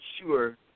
sure